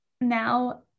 now